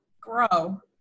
grow